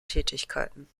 tätigkeiten